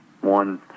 one